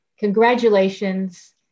Congratulations